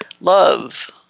love